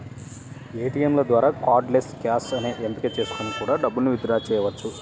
ఏటియంల ద్వారా cardless cash అనే ఎంపిక చేసుకొని కూడా డబ్బుల్ని విత్ డ్రా చెయ్యొచ్చు